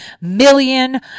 million